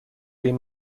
این